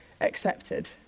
accepted